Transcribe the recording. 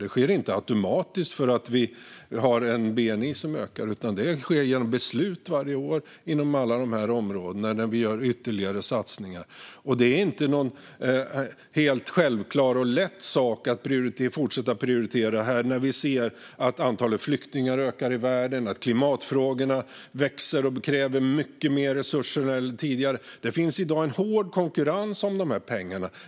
Det sker inte automatiskt för att vi har en bni som ökar, utan det sker genom beslut varje år inom alla dessa områden då vi gör ytterligare satsningar. Det är inte någon helt självklar och lätt sak att fortsätta prioritera i fråga om detta när vi ser att antalet flyktingar i världen ökar och att klimatfrågorna växer och kräver mycket mer resurser än tidigare. Det finns i dag en hård konkurrens om dessa pengar.